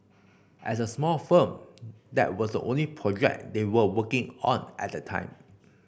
as a small firm that was the only project they were working on at the time